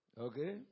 Okay